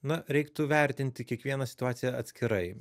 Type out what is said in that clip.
na reiktų vertinti kiekvieną situaciją atskirai